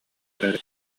эрээри